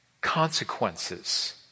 consequences